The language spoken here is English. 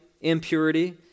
impurity